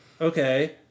Okay